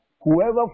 whoever